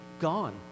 gone